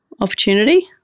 opportunity